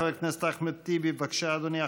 חבר הכנסת אחמד טיבי, בבקשה, אדוני.